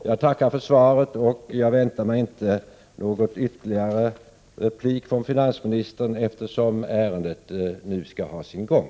Jag tackar för svaret och väntar mig inte någon ytterligare replik från finansministern, eftersom ärendet nu skall ha sin gång.